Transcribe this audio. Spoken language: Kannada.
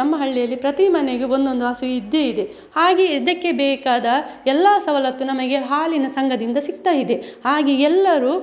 ನಮ್ಮ ಹಳ್ಳಿಯಲ್ಲಿ ಪ್ರತಿ ಮನೆಗೆ ಒಂದೊಂದು ಹಸು ಇದ್ದೇ ಇದೆ ಹಾಗೆ ಇದಕ್ಕೆ ಬೇಕಾದ ಎಲ್ಲ ಸವಲತ್ತು ನಮಗೆ ಹಾಲಿನ ಸಂಘದಿಂದ ಸಿಕ್ತಾಯಿದೆ ಹಾಗೆ ಎಲ್ಲರು